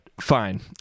fine